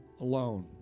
alone